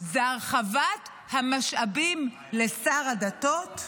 זה הרחבת המשאבים לשר הדתות?